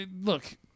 look